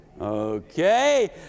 Okay